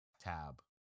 tab